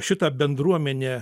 šita bendruomenė